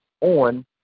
on